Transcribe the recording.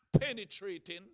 penetrating